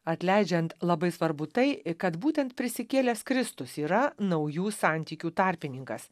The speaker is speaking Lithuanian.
atleidžiant labai svarbu tai kad būtent prisikėlęs kristus yra naujų santykių tarpininkas